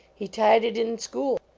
he tied it in school.